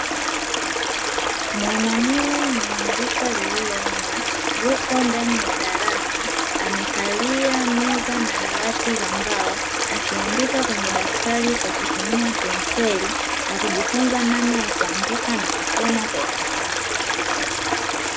Mwanaume mwenye rika lililoenda yupo ndani ya darasa, amekalia meza na dawati za mbao, akiandika kwenye daftari kwa kutumia penseli, akijifunza namna ya kuandika na kusoma kwa ufasaha.